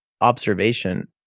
observation